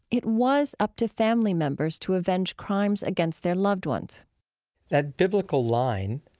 it was up to family members to avenge crimes against their loved ones that biblical line,